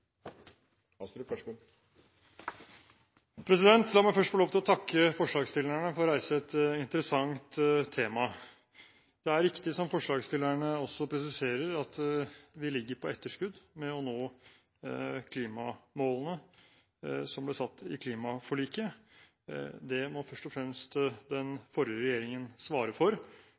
veldig nyttig. La meg først få lov til å takke forslagsstillerne for å reise et interessant tema. Det er riktig, som forslagsstillerne også presiserer, at vi ligger på etterskudd med å nå klimamålene som ble satt i klimaforliket. Det må først og fremst den forrige regjeringen svare for,